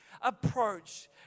approach